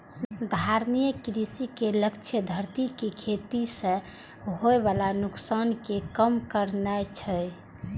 धारणीय कृषि के लक्ष्य धरती कें खेती सं होय बला नुकसान कें कम करनाय छै